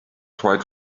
tried